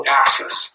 access